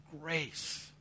grace